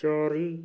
ଚାରି